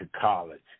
college